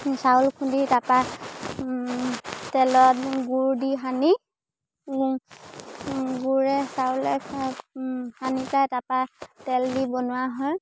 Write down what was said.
চাউল খুন্দি তাৰপৰা তেলত গুৰ দি সানি গুৰে চাউলে সানি পেলাই তাৰপৰা তেল দি বনোৱা হয়